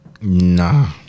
Nah